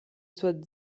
sua